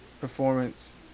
performance